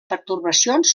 pertorbacions